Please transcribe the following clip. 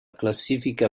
classifica